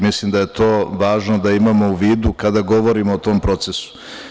Mislim da je to važno da imamo u vidu kada govorimo o tom procesu.